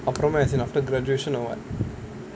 அப்புறமா:appuramaa as in after graduation or what